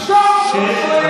שתוק, שתוק, שתוק.